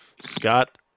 Scott